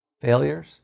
failures